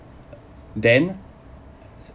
then